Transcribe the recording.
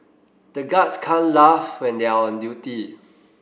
the guards can't laugh when they are on duty